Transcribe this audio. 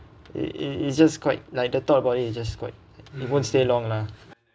it it it's just quite like the thought about it it just quite it won't stay long lah